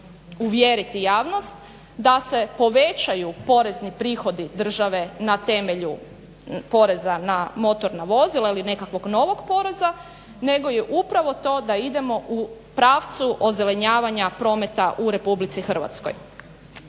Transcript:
uvjeriti javnost da se povećaju porezni prihodi države na temelju poreza na motorna vozila ili nekakvog novog poreza nego je upravo to da idemo u pravcu ozelenjavanja prometa u Republici Hrvatskoj.